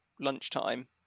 lunchtime